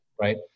right